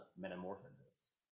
metamorphosis